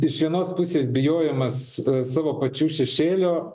iš vienos pusės bijojimas savo pačių šešėlio